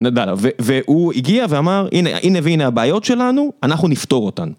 נדלה. והוא הגיע ואמר, הנה, הנה והנה הבעיות שלנו, אנחנו נפתור אותן.